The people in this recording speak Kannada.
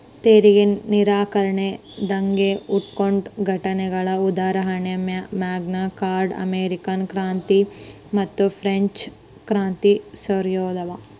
ತೆರಿಗೆ ನಿರಾಕರಣೆ ದಂಗೆ ಹುಟ್ಕೊಂಡ ಘಟನೆಗಳ ಉದಾಹರಣಿ ಮ್ಯಾಗ್ನಾ ಕಾರ್ಟಾ ಅಮೇರಿಕನ್ ಕ್ರಾಂತಿ ಮತ್ತುಫ್ರೆಂಚ್ ಕ್ರಾಂತಿ ಸೇರ್ಯಾವ